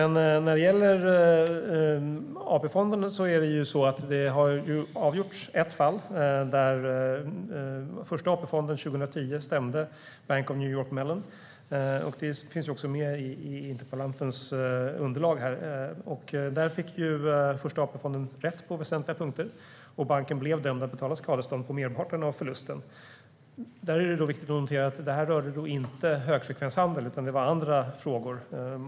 När det gäller AP-fonderna har ett fall avgjorts. År 2010 stämde Första AP-fonden Bank of New York Mellon. Det finns också med i interpellantens underlag. Då fick Första AP-fonden rätt på väsentliga punkter, och banken blev dömd att betala skadestånd på merparten av förlusten. Det är viktigt att notera att det här inte rörde högfrekvenshandel, utan det var andra frågor som det handlade om.